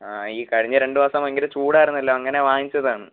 ആ ഈ കഴിഞ്ഞ രണ്ട് മാസം ഭയങ്കര ചൂടായിരുന്നല്ലോ അങ്ങനെ വാങ്ങിച്ചതാണ്